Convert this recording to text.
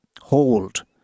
hold